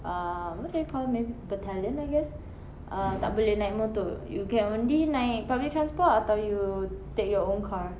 uh what do they call name battalion I guess err tak boleh naik motor you can only naik public transport atau you take your own car